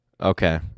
Okay